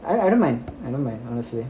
I don't mind I don't mind honestly